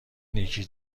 نیکی